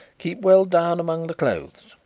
keep well down among the clothes.